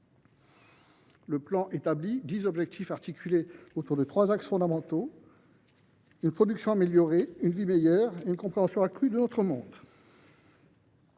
Le plan fixe dix objectifs articulés autour de trois axes fondamentaux : une production améliorée, une vie meilleure et une compréhension accrue de notre monde.